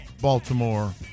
Baltimore